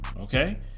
okay